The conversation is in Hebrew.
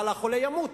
אבל החולה ימות.